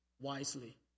wisely